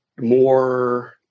more